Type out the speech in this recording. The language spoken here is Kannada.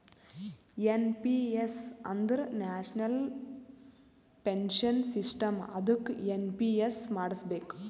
ಎನ್ ಪಿ ಎಸ್ ಅಂದುರ್ ನ್ಯಾಷನಲ್ ಪೆನ್ಶನ್ ಸಿಸ್ಟಮ್ ಅದ್ದುಕ ಎನ್.ಪಿ.ಎಸ್ ಮಾಡುಸ್ಬೇಕ್